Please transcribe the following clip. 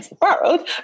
borrowed